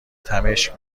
تمشک